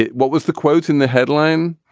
what was the quote in the headline